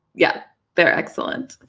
yes, they are excellent!